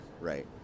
right